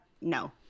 No